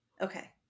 okay